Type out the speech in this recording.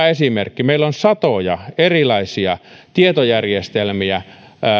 esimerkki meillä on satoja erilaisia tietojärjestelmiä